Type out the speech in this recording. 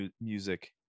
music